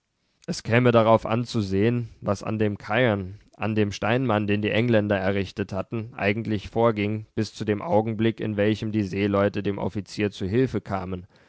es käme darauf an zu sehen was an dem cairn an dem steinmann den die engländer errichtet hatten eigentlich vorging bis zu dem augenblick in welchem die seeleute dem offizier zur hilfe kamen